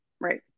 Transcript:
Right